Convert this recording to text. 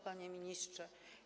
Panie Ministrze!